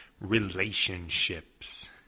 relationships